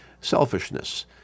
Selfishness